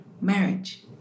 marriage